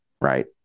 Right